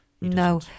no